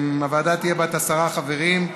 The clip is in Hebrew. הוועדה תהיה בת עשרה חברים,